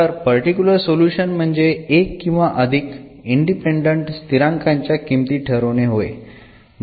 तर particular solution म्हणजे एक किंवा अधिक इंडिपेंडंट स्थिरांकाच्या किंमती ठरवणे होय